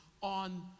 on